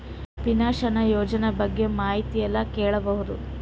Pension ಯೋಜನ ಬಗ್ಗೆ ಮಾಹಿತಿ ಎಲ್ಲ ಕೇಳಬಹುದು?